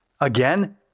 Again